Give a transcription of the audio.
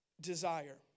desire